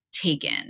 taken